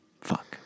Fuck